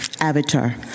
Avatar